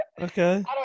okay